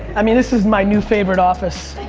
i mean this is my new favorite office.